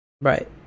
Right